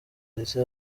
ndetse